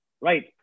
Right